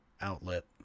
outlet